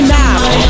now